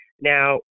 Now